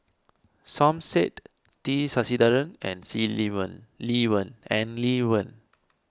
Som Said T Sasitharan and See Lee Wen Lee Wen and Lee Wen